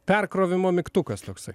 perkrovimo mygtukas toksai